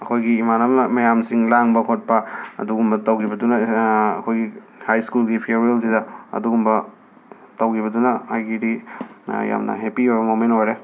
ꯑꯩꯈꯣꯏꯒꯤ ꯏꯃꯥꯟꯅꯕ ꯃꯌꯥꯝꯁꯤꯡ ꯂꯥꯡꯕ ꯈꯣꯠꯄ ꯑꯗꯨꯒꯨꯝꯕ ꯇꯧꯒꯤꯕꯗꯨꯅ ꯑꯩꯈꯣꯏꯒꯤ ꯍꯥꯏꯁ꯭ꯀꯨꯜꯒꯤ ꯐꯤꯌꯔꯋꯦꯜꯁꯤꯗ ꯑꯗꯨꯒꯨꯝꯕ ꯇꯧꯒꯤꯕꯗꯨꯅ ꯑꯩꯒꯤꯗꯤ ꯌꯥꯝꯅ ꯍꯦꯞꯄꯤ ꯑꯣꯏꯕ ꯃꯣꯃꯦꯟ ꯑꯣꯏꯔꯦ